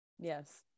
Yes